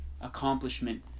accomplishment